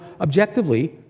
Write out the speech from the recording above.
objectively